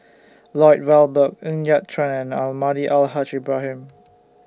Lloyd Valberg Ng Yat Chuan and Almahdi Al Haj Ibrahim